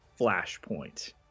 Flashpoint